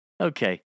Okay